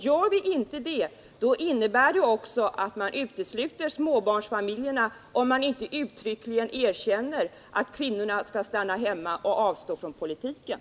Gör vi inte det innebär det också att man utesluter småbarnsföräldrarna, om man inte uttryckligen förklarar att kvinnorna skall stanna hemma och avstå från politiken.